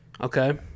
Okay